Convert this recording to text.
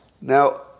Now